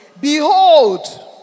Behold